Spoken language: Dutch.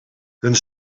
hun